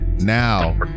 Now